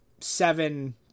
seven